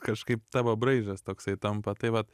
kažkaip tavo braižas toksai tampa tai vat